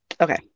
Okay